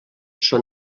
són